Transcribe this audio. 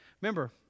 remember